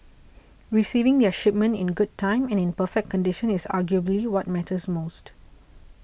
receiving their shipment in good time and in perfect condition is arguably what matters most